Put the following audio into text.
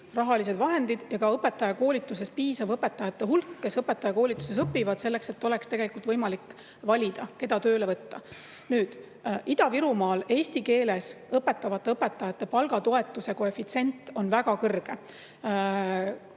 rahalised vahendid ja ka piisav õpetajate hulk, kes õpetajakoolituses õpivad, selleks et oleks võimalik valida, keda tööle võtta. Ida-Virumaal eesti keeles õpetavate õpetajate palgatoetuse koefitsient on väga kõrge.